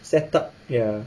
set up ya